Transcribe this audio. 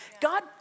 God